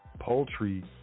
poultry